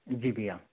जी भईया